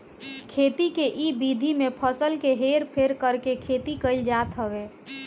खेती के इ विधि में फसल के हेर फेर करके खेती कईल जात हवे